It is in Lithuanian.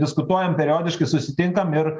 diskutuojam periodiškai susitinkam ir